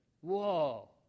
Whoa